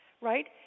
right